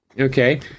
Okay